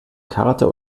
karte